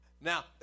now